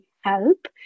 help